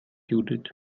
judith